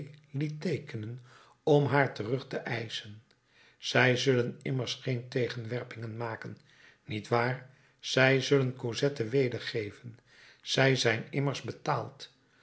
liet teekenen om haar terug te eischen zij zullen immers geen tegenwerpingen maken niet waar zij zullen cosette wedergeven zij zijn immers betaald